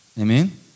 Amen